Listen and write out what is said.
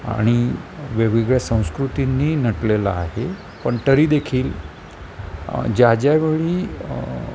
आणि वेगवेगळ्या संस्कृतींनी नटलेलं आहे पण तरीदेखील ज्या ज्यावेळी